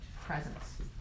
presence